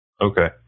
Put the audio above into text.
Okay